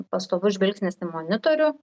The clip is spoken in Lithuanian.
pastovus žvilgsnis į monitorių